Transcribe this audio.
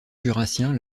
jurassien